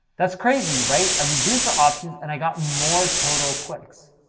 that's crazy, right? i reduced the options and i got more total clicks.